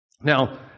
Now